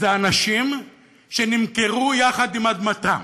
זה אנשים שנמכרו יחד עם אדמתם,